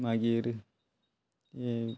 मागीर हें